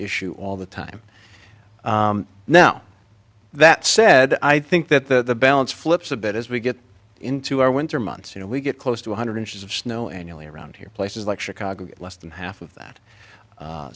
issue all the time now that said i think that the balance flips a bit as we get into our winter months you know we get close to one hundred inches of snow annually around here places like chicago less than half of that